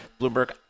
Bloomberg